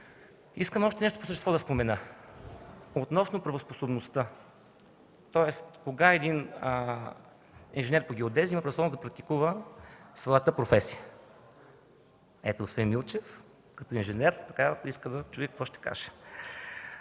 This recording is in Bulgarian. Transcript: спомена още нещо по същество – относно правоспособността, тоест кога един инженер по геодезия има правоспособност да практикува своята професия. Ето господин Милчев, като инженер, иска да чуе какво ще кажа.